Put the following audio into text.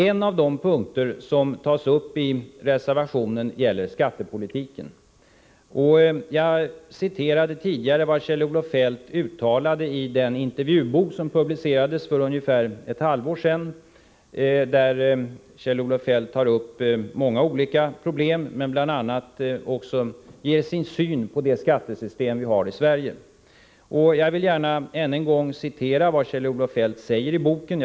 En av de punkter som tas upp i reservationen gäller skattepolitiken. Jag citerade tidigare vad Kjell-Olof Feldt uttalade i den intervjubok som publicerades för ungefär ett halvår sedan. Han tar där upp många olika problem, och han ger bl.a. sin syn på det skattesystem vi har i Sverige. Jag vill gärna en än gång citera vad Kjell-Olof Feldt säger i boken.